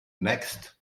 next